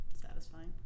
satisfying